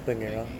okay